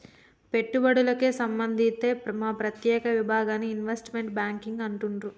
పెట్టుబడులకే సంబంధిత్తే ఆ ప్రత్యేక విభాగాన్ని ఇన్వెస్ట్మెంట్ బ్యేంకింగ్ అంటుండ్రు